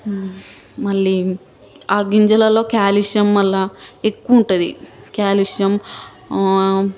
మళ్ళీ గింజలలో కాలిష్యం మళ్ళీ ఎక్కువుంటుంది కాలిష్యం